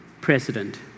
president